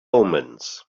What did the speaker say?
omens